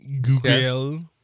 Google